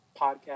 podcast